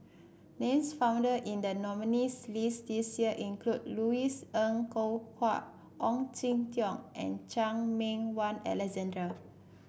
names found in the nominees' list this year include Louis Ng Kok Kwang Ong Jin Teong and Chan Meng Wah Alexander